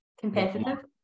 competitive